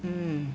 mm